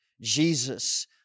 Jesus